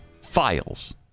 files